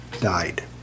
died